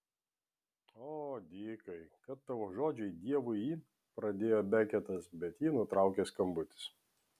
o dikai kad tavo žodžiai dievui į pradėjo beketas bet jį nutraukė skambutis